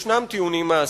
יש טיעונים מעשיים,